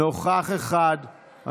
נוכח אחד.